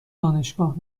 دانشگاه